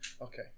Okay